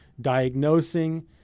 diagnosing